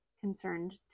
concerned